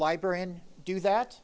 librarian do that